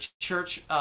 church